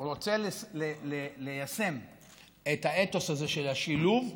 רוצה ליישם את האתוס הזה של השילוב,